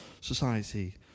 society